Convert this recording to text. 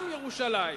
גם ירושלים.